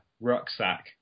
rucksack